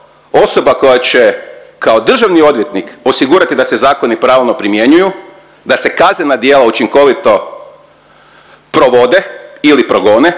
osoba koja će kao državni odvjetnik osigurati da se zakoni pravilno primjenjuju, da se kaznena djela učinkovito provode ili progone,